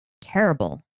Terrible